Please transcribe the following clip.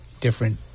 different